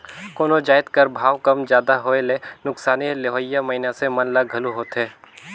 कोनो जाएत कर भाव कम जादा होए ले नोसकानी लेहोइया मइनसे मन ल घलो होएथे